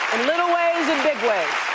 little ways and big ways.